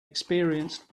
experienced